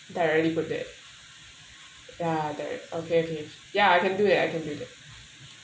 directly got that ya direct okay okay ya I can do that I can do that